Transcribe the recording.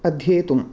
अध्येतुम्